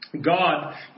God